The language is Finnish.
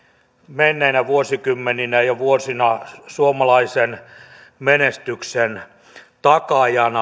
menneinä vuosikymmeninä ja vuosina suomalaisen menestyksen takaajana